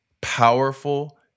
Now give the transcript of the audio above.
powerful